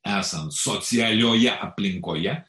esant socialioje aplinkoje